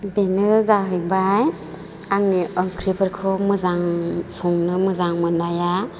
बेनो जाहैबाय आंनि ओंख्रिफोरखौ मोजां संनो मोजां मोननाया